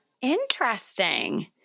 Interesting